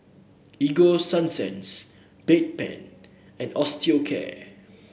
Ego Sunsense Bedpan and Osteocare